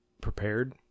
prepared